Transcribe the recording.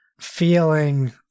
feeling